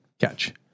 catch